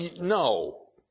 no